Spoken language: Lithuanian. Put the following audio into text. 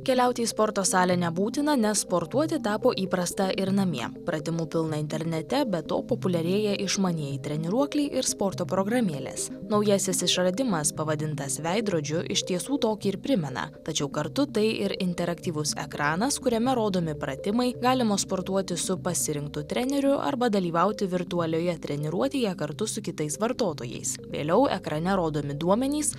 keliauti į sporto salę nebūtina nes sportuoti tapo įprasta ir namie pratimų pilna internete be to populiarėja išmanieji treniruokliai ir sporto programėlės naujasis išradimas pavadintas veidrodžiu iš tiesų tokį ir primena tačiau kartu tai ir interaktyvus ekranas kuriame rodomi pratimai galima sportuoti su pasirinktu treneriu arba dalyvauti virtualioje treniruotėje kartu su kitais vartotojais vėliau ekrane rodomi duomenys